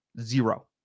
zero